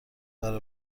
برا